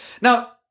Now